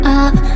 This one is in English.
up